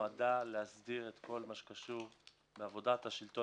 ונועדה להסדיר את כל מה שקשור לעבודת השלטון